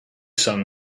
sun